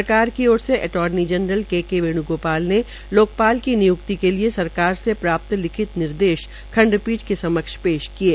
सरकार की ओर से अर्टानी जनरल के के वेण्गोपाल ने लोकसभा की निय्क्ति के लिए सरकार से प्राप्त लिखित निर्देश खंडपीठ के समक्ष पेश किये